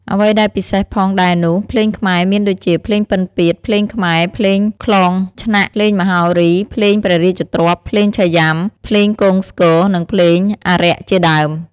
អ្វីដែលពិសេសផងដែរនោះភ្លេងខ្មែរមានដូចជាភ្លេងពិណ្យពាទ្យ ភ្លេងខ្មែរ ភ្លេងក្លងឆ្នាក់ ភ្លេងមហោរី ភ្លេងព្រះរាជទ្រព្យ ភ្លេងឆៃយុំា ភ្លេងគងស្គរ និងភ្លេងអារក្ខជាដើម។